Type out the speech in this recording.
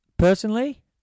Personally